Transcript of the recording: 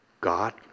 God